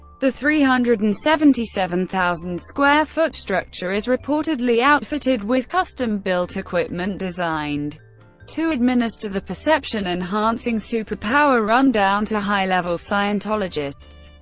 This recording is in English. the three hundred and seventy seven thousand square foot structure is reportedly outfitted with custom-built equipment designed to administer the perception-enhancing super power rundown to high-level scientologists.